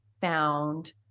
found